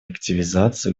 активизации